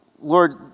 Lord